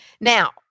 now